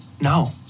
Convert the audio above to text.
no